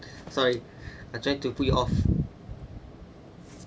sorry I try to put you off